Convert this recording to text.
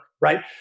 right